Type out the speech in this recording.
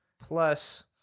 plus